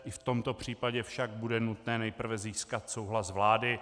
I v tomto případě však bude nutné nejprve získat souhlas vlády.